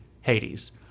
Hades